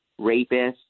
rapists